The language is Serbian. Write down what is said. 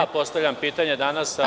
Ja postavljam pitanje danas.